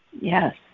Yes